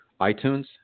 iTunes